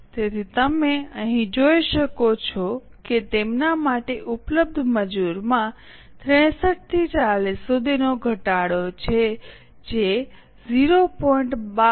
તેથી તમે અહીં જોઈ શકો છો કે તેમના માટે ઉપલબ્ધ મજૂરમાં 63 થી 40 સુધીનો ઘટાડો છે જે 0